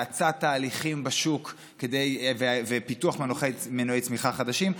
האצת תהליכים בשוק ופיתוח מנועי צמיחה חדשים,